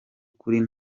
kuri